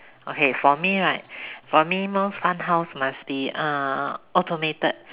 okay for me right for me most fun house must be uh automated